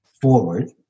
forward